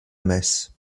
messe